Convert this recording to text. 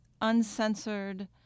uncensored